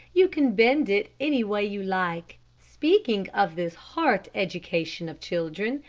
you can bend it anyway you like. speaking of this heart education of children,